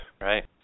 right